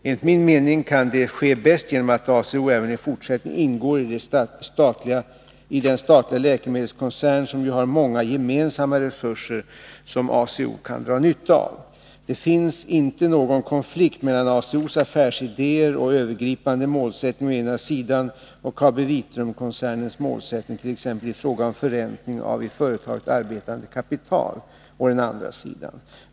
Enligt min mening kan det ske bäst genom att ACO även i fortsättningen ingår i den statliga läkemedelskoncernen, vilken ju har många gemensamma resurser som ACO kan dra nytta av. Det finns inte någon konflikt mellan ACO:s affärsidéer och övergripande målsättning å ena sidan och KabiVitrumkoncernens målsättning, t.ex. i fråga om förräntning av i företaget arbetande kapital, å andra sidan.